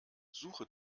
suche